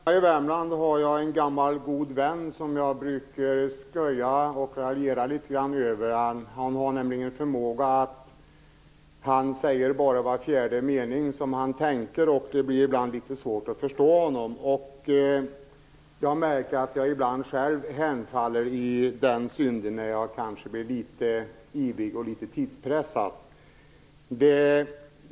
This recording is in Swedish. Fru talman! Hemma i Värmland har jag en gammal god vän som jag brukar skoja och raljera litet grand över. Han har nämligen förmågan att bara säga var fjärde mening han tänker, och det blir ibland litet svårt att förstå honom. Jag märker att jag ibland själv hemfaller i den synden när jag kanske blir litet ivrig och tidspressad.